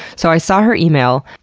so i saw her email,